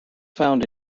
found